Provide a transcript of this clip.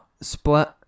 Split